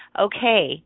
Okay